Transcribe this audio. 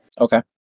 Okay